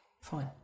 fine